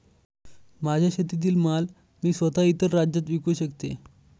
माझ्या शेतातील माल मी स्वत: इतर राज्यात विकू शकते का?